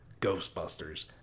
ghostbusters